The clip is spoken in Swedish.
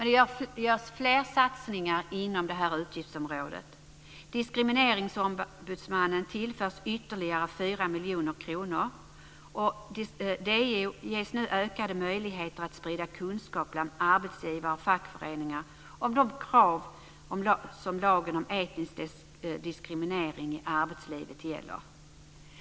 Det görs fler satsningar inom det här utgiftsområdet. Diskrimineringsombudsmannen tillförs ytterligare 4 miljoner kronor. DO ges nu ökade möjligheter att sprida kunskap bland arbetsgivare och fackföreningar om de krav som lagen om etnisk diskriminering i arbetslivet ställer.